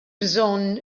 bżonn